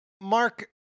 Mark